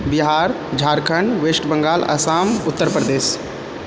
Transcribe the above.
Bihar Jharkhand west Bengal Assam Uttar Pradesh